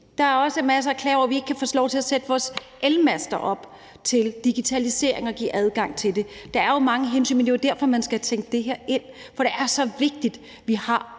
Der er også masser af klager over, at vi ikke kan få lov til at sætte vores elmaster op til digitalisering og give adgang til det. Der er mange hensyn, men det er jo derfor, man skal tænke det her ind. Det er så vigtigt, at vi har